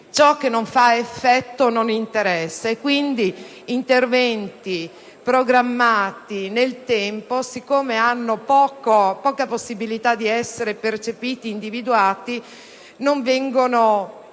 Ciò che non fa effetto non interessa e, quindi, siccome interventi programmati nel tempo hanno poca possibilità di essere percepiti e individuati non vengono